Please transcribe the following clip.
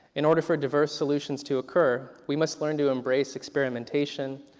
in order for diverse solutions to occur we must learn to embrace experimentation,